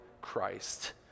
Christ